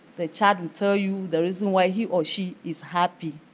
the child will tell you the reason why he or she is happy.